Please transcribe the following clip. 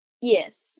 Yes